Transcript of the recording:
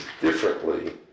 differently